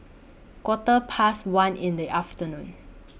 Quarter Past one in The afternoon